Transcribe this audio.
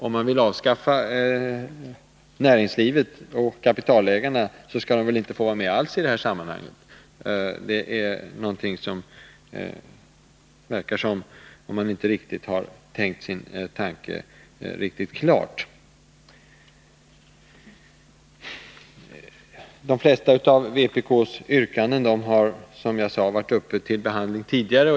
Om man vill avskaffa kapitalägarna inom näringslivet skall de väl inte få vara med alls i detta sammanhang? Det verkar som om man inte har tänkt riktigt klart. De flesta av vpk:s yrkanden har som sagt varit uppe till behandling tidigare.